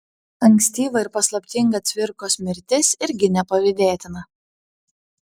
ankstyva ir paslaptinga cvirkos mirtis irgi nepavydėtina